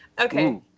Okay